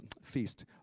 feast